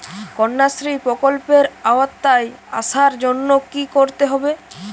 কন্যাশ্রী প্রকল্পের আওতায় আসার জন্য কী করতে হবে?